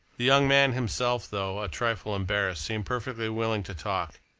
the young man himself, though a trifle embarrassed, seemed perfectly willing to talk.